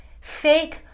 fake